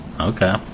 Okay